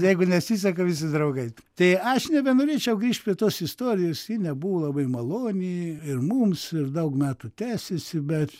jeigu nesiseka visi draugai tai aš nebenorėčiau grįžt prie tos istorijos ji nebuvo labai maloni ir mums ir daug metų tęsėsi bet